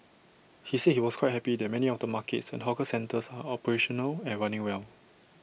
he said he was quite happy that many of the markets and hawker centres are operational and running well